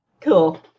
cool